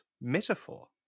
metaphor